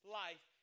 life